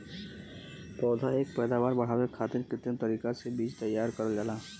पौधा क पैदावार बढ़ावे खातिर कृत्रिम तरीका से बीज तैयार करल जाला